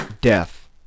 death